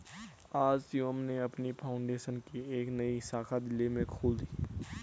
आज शिवम ने अपनी फाउंडेशन की एक नई शाखा दिल्ली में खोल दी है